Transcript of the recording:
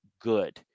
good